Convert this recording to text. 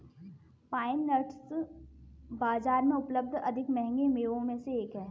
pine nuts बाजार में उपलब्ध अधिक महंगे मेवों में से एक हैं